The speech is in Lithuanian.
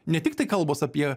ne tiktai kalbos apie